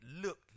look